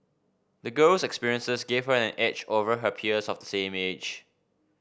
the girl's experiences gave her an edge over her peers of the same age